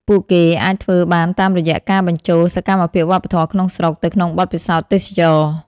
ពួកគេអាចធ្វើបានតាមរយៈការបញ្ចូល សកម្មភាពវប្បធម៌ក្នុងស្រុក ទៅក្នុងបទពិសោធន៍ទេសចរណ៍។